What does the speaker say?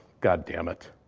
god damnit.